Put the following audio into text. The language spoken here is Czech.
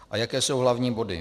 A jaké jsou hlavní body?